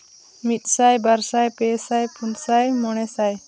ᱢᱤᱫ ᱥᱟᱭ ᱵᱟᱨ ᱥᱟᱭ ᱯᱮ ᱥᱟᱭ ᱯᱩᱱ ᱥᱟᱭ ᱢᱚᱬᱮ ᱥᱟᱭ